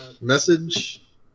message